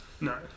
no